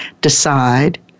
decide